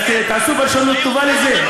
אז תעשו פרשנות טובה לזה.